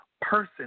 person